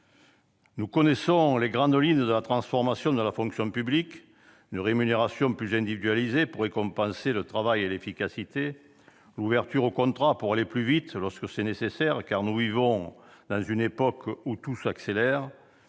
Nous connaissons les grandes lignes de la transformation de la fonction publique : une rémunération plus individualisée pour récompenser le travail et l'efficacité, l'ouverture aux contrats pour aller plus vite lorsque c'est nécessaire, car nous vivons une époque où tout s'accélère